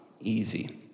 easy